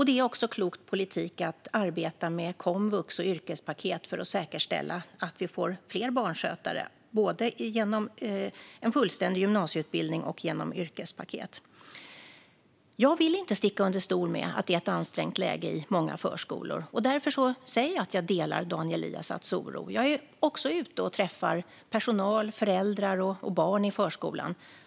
Det är också klok politik att arbeta med komvux och yrkespaket för att säkerställa att vi får fler barnskötare genom både en fullständig gymnasieutbildning och yrkespaket. Jag vill inte sticka under stol med att det är ett ansträngt läge i många förskolor. Därför säger jag att jag delar Daniel Riazats oro. Jag är ute och träffar personal, föräldrar och barn i förskolan.